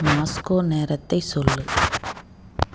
Moscow நேரத்தை சொல்